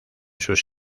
sus